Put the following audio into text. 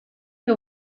que